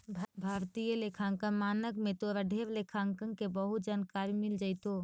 भारतीय लेखांकन मानक में तोरा ढेर लेखांकन के बहुत जानकारी मिल जाएतो